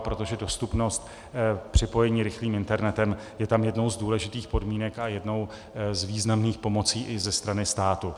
Protože dostupnost připojení rychlým internetem je tam jednou z důležitých podmínek a jednou z významných pomocí i ze strany státu.